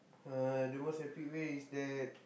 uh the most epic way is that